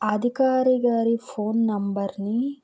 అధికారి గారి ఫోన్ నెంబర్ని